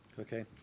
Okay